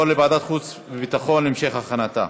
לוועדת החוץ והביטחון להמשך הכנתה.